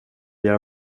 göra